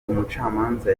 umucamanza